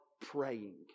praying